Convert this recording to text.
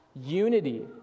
Unity